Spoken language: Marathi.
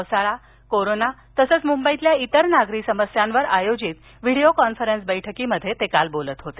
पावसाळा कोरोना तसंच मुंबईतल्या इतर नागरी समस्यांवर आयोजित व्हिडिओ कॉन्फरन्स बैठकीत ते काल बोलत होते